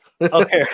Okay